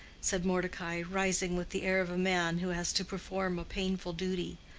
said mordecai, rising with the air of a man who has to perform a painful duty.